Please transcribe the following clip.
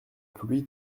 pluie